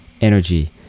energy